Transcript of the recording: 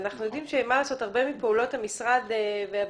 ואנחנו יודעים שמה לעשות הרבה מפעולות משרד הבינוי